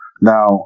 Now